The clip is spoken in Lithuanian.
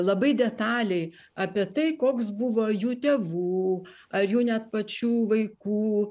labai detaliai apie tai koks buvo jų tėvų ar jų net pačių vaikų